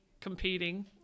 competing